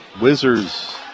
Wizards